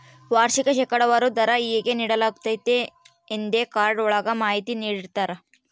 ವಾರ್ಷಿಕ ಶೇಕಡಾವಾರು ದರ ಹೇಗೆ ನೀಡಲಾಗ್ತತೆ ಎಂದೇ ಕಾರ್ಡ್ ಒಳಗ ಮಾಹಿತಿ ನೀಡಿರ್ತರ